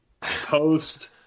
post